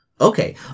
Okay